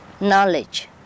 knowledge